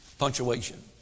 Punctuation